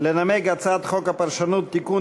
לנמק את הצעת חוק הפרשנות (תיקון,